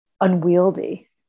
unwieldy